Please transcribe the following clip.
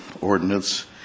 ordinance